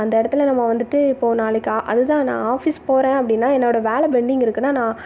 அந்த இடத்துல நம்ம வந்துவிட்டு இப்போது நாளைக்கு அது தான் நான் ஆஃபீஸ் போகிறேன் அப்படின்னா என்னோட வேலை பெண்டிங் இருக்குதுன்னா நான்